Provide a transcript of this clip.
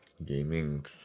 Gaming